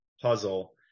puzzle